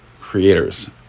creators